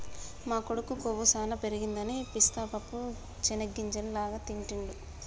మా కొడుకు కొవ్వు సానా పెరగదని పిస్తా పప్పు చేనిగ్గింజల లాగా తింటిడు